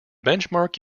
benchmark